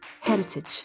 heritage